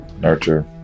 nurture